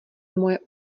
moje